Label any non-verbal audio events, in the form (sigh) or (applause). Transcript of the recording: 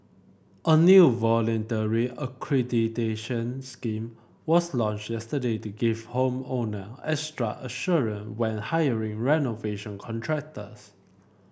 a new voluntary accreditation scheme was launched yesterday to give home owner extra (unintelligible) when hiring renovation contractors